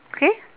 okay